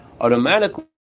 automatically